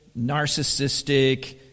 narcissistic